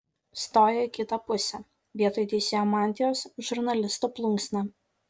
stojo į kitą pusę vietoj teisėjo mantijos žurnalisto plunksna